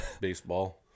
baseball